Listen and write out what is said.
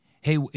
Hey